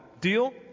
Deal